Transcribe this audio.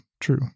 true